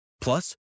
Plus